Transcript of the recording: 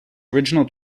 original